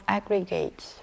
Aggregates